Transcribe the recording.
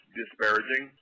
disparaging